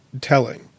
telling